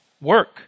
work